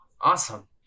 Awesome